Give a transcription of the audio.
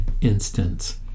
instance